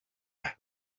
cya